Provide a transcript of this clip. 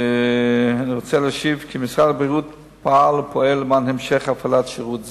אני רוצה להשיב כי משרד הבריאות פעל ופועל למען המשך הפעלת שירות זה.